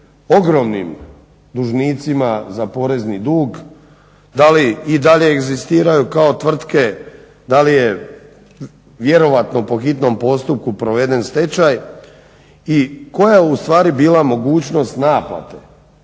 egzistiraju kao tvrtke, da li je vjerojatno po hitnom postupku proveden stečaj i koja je u stvari bila mogućnost naplate.